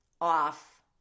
off